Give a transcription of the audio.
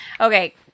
Okay